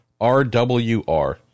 RWR